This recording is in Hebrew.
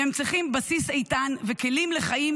והם צריכים בסיס איתן וכלים לחיים,